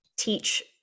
teach